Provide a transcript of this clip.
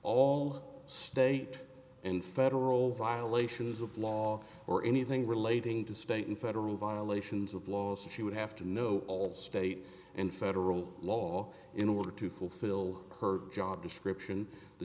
all state and federal role violations of law or anything relating to state and federal violations of law as she would have to know all state and federal law in order to fulfill her job description the